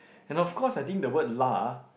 and of course I think the word lah